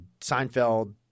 Seinfeld